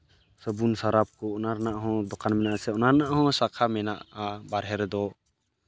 ᱥᱟᱵᱚᱱ ᱥᱟᱨᱟᱯᱷ ᱠᱚ ᱚᱱᱟ ᱨᱮᱱᱟᱜ ᱦᱚᱸ ᱫᱚᱠᱟᱱ ᱢᱮᱱᱟᱜ ᱟᱥᱮ ᱚᱱᱟ ᱨᱮᱱᱟᱜ ᱦᱚᱸ ᱥᱟᱠᱷᱟ ᱢᱮᱱᱟᱜᱼᱟ ᱵᱟᱦᱨᱮ ᱨᱮᱫᱚ